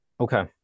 Okay